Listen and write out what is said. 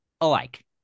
alike